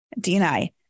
DNI